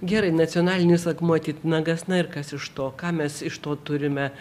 gerai nacionalinis akmuo titnagas na ir kas iš to ką mes iš to turime